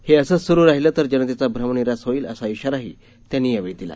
हे असंच सुरु राहीले तर जनतेचा भ्रमनिरास होईल असा इशाराही त्यांना दिला